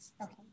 Okay